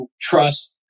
trust